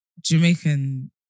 Jamaican